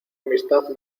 amistad